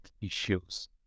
issues